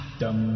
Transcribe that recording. dum